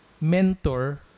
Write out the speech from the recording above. mentor